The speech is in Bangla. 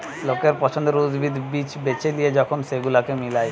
লোকের পছন্দের উদ্ভিদ, বীজ বেছে লিয়ে যখন সেগুলোকে মিলায়